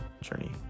journey